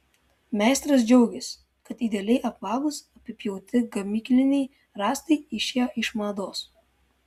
meistras džiaugiasi kad idealiai apvalūs apipjauti gamykliniai rąstai išėjo iš mados